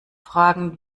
fragen